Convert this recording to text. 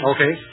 Okay